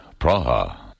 Praha